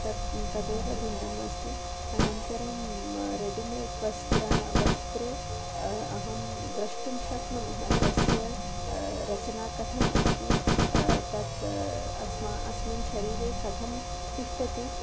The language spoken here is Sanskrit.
तत् तदेव भिन्नम् अस्ति अनन्तरं रेडिमेड् वस्त्रं वस्त्रम् अहं द्रष्टुं शक्नुमः तस्य रचना कथम् अस्ति तत् अस्माकम् अस्मिन् शरीरे कथं तिष्ठति